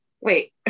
Wait